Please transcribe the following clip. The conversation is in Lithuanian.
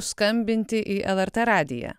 skambinti į lrt radiją